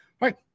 right